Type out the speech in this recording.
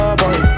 boy